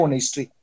history